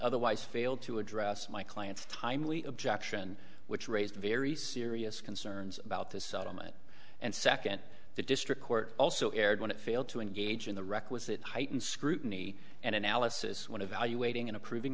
otherwise failed to address my client's timely objection which raised a very serious concerns about this settlement and second the district court also erred when it failed to engage in the requisite heightened scrutiny and analysis one of the you waiting in approving